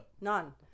None